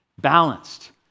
balanced